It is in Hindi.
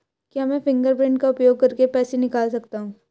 क्या मैं फ़िंगरप्रिंट का उपयोग करके पैसे निकाल सकता हूँ?